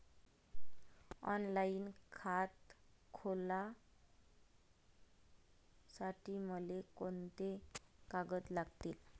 Online खातं खोलासाठी मले कोंते कागद लागतील?